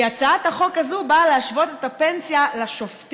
כי הצעת החוק הזו באה להשוות את הפנסיה לשופטים.